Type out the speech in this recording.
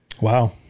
Wow